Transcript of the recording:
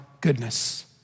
goodness